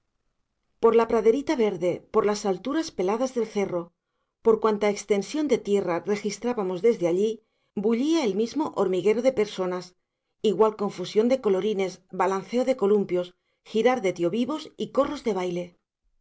por la praderita verde por las alturas peladas del cerro por cuanta extensión de tierra registrábamos desde allí bullía el mismo hormiguero de personas igual confusión de colorines balanceo de columpios girar de tiovivos y corros de baile